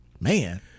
man